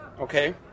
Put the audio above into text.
Okay